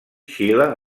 xile